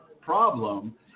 problem